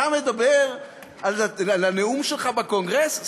אתה מדבר על הנאום שלך בקונגרס?